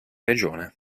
regione